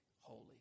holy